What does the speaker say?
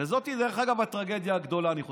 וזאת, דרך אגב, הטרגדיה הגדולה, אני חושב.